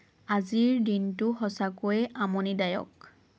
আজিৰ দিনটো সঁচাকৈ আমনিদায়ক